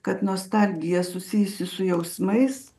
kad nostalgija susijusi su jausmais